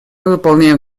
выполняем